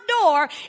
door